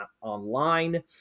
online